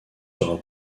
sera